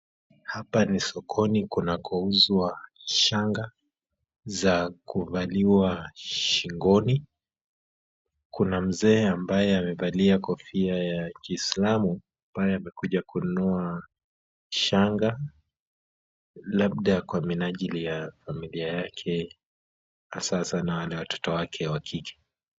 Hapa ni sokoni kunakouzwa shanga za kuvaliwa shingoni, kuna mzee ambaye amevalia kofia ya kiislamu ambaye amekuja kununua shanga labda kwa minajili ya familia yake hasa sana wale watoto wake wa kike.